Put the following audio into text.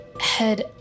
Head